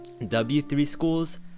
W3Schools